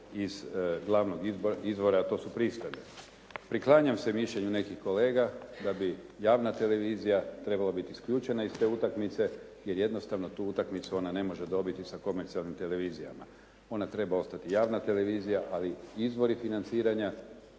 iz glavnog izvora a to su pristojbe. Priklanjam se mišljenju nekih kolega da bi javna televizija trebala biti isključena iz te utakmice jer jednostavno tu utakmicu ona ne može dobiti sa komercijalnim televizijama. Ona treba ostati javna televizija ali izvori financiranja